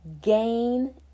gain